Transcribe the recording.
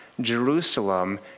Jerusalem